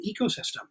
ecosystem